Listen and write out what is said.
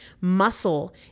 Muscle